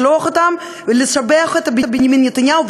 שאפשר לשלוח אותם לשבח את בנימין נתניהו,